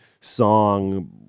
song